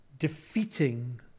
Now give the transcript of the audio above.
Defeating